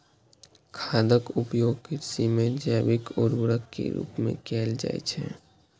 खादक उपयोग कृषि मे जैविक उर्वरक के रूप मे कैल जाइ छै